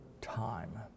time